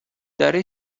داره